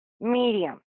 medium